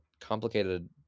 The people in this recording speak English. complicated